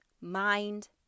mind